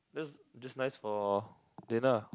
that's just nice for dinner